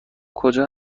کجا